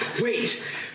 Wait